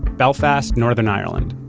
belfast, northern ireland,